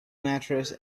mattress